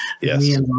Yes